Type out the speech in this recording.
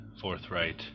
forthright